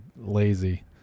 lazy